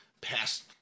past